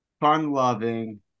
fun-loving